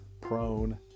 prone